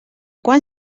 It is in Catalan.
quan